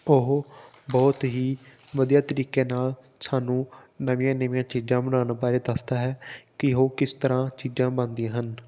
ਉਹ ਬਹੁਤ ਹੀ ਵਧੀਆ ਤਰੀਕੇ ਨਾਲ ਸਾਨੂੰ ਨਵੀਆਂ ਨਵੀਆਂ ਚੀਜ਼ਾਂ ਬਣਾਉਣ ਬਾਰੇ ਦੱਸਦਾ ਹੈ ਕਿ ਉਹ ਕਿਸ ਤਰ੍ਹਾਂ ਚੀਜ਼ਾਂ ਬਣਦੀਆਂ ਹਨ